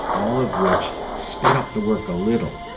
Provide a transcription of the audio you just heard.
all of which sped up the work a little,